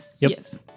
Yes